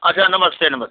अच्छा नमस्ते नमस्ते